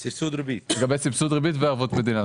לגבי סבסוד ריבית וערבות מדינה.